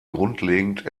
grundlegend